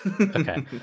Okay